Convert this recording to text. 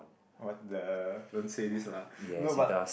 what the don't say this lah no but